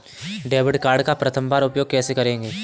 Debit card का प्रथम बार उपयोग कैसे करेंगे?